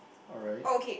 alright